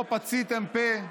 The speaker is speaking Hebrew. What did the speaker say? לא פציתם פה,